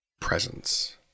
presence